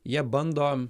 jie bando